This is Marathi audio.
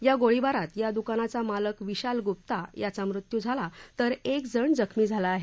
या गोळीबारात या द्कानाचा मालक विशाल गुप्ता याचा मृत्यू झाला तर एक जण जखमी झाला आहे